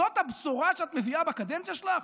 זאת הבשורה שאת מביאה בקדנציה שלך,